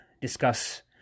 discuss